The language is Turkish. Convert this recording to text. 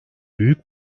büyük